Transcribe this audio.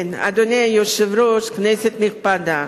אדוני היושב-ראש, כנסת נכבדה,